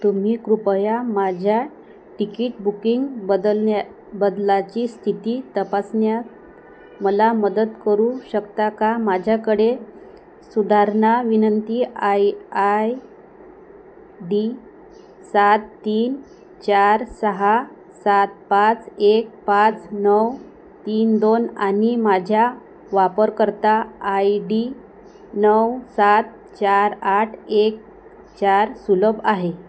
तुम्ही कृपया माझ्या टिकीट बुकिंग बदलण्या बदलाची स्थिती तपासण्या मला मदत करू शकता का माझ्याकडे सुधारणा विनंती आय आय डी सात तीन चार सहा सात पाच एक पाच नऊ तीन दोन आणि माझ्या वापरकर्ता आय डी नऊ सात चार आठ एक चार सुलभ आहे